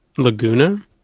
Laguna